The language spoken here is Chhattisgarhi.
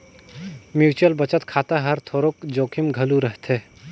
म्युचुअल बचत खाता हर थोरोक जोखिम घलो रहथे